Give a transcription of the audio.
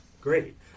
great